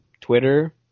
twitter